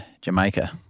Jamaica